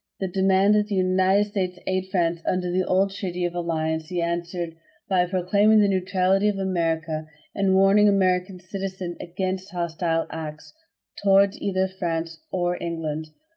the demand that the united states aid france under the old treaty of alliance he answered by proclaiming the neutrality of america and warning american citizens against hostile acts toward either france or england.